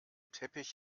teppich